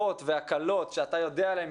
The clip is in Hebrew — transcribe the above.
תודה רבה.